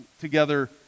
together